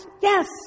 Yes